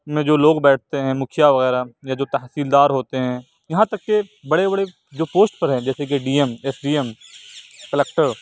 میں جو لوگ بیٹھتے ہیں مکھیا وغیرہ یا جو تحصیل دار ہوتے ہیں یہاں تک کہ بڑے بڑے جو پوسٹ پر ہیں جیسے کہ D M S D M collector